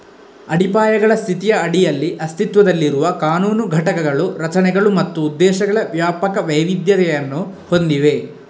ಅಡಿಪಾಯಗಳ ಸ್ಥಿತಿಯ ಅಡಿಯಲ್ಲಿ ಅಸ್ತಿತ್ವದಲ್ಲಿರುವ ಕಾನೂನು ಘಟಕಗಳು ರಚನೆಗಳು ಮತ್ತು ಉದ್ದೇಶಗಳ ವ್ಯಾಪಕ ವೈವಿಧ್ಯತೆಯನ್ನು ಹೊಂದಿವೆ